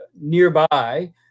nearby